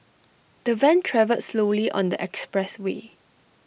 the van travelled slowly on the expressway